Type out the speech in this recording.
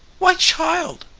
why child,